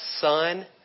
son